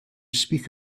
speak